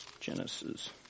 Genesis